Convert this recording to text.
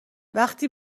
وقتی